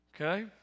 Okay